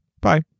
Bye